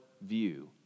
view